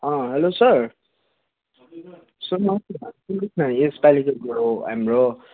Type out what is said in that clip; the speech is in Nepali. अँ हलो सर सुन्नुहोस् न सुन्नुहोस् न यसपालिको यो हाम्रो